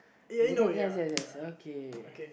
isn't there any other answer as answer okay